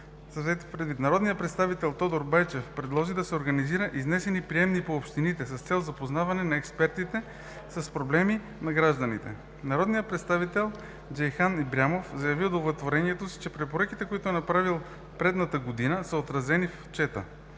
Народният представител Тодор Байчев предложи да се организират изнесени приемни по общините с цел запознаване на експертите с проблеми на гражданите. Народният представител Джейхан Ибрямов заяви удовлетворението си, че препоръките, които е направил предната година, са отразени в Отчета.